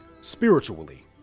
spiritually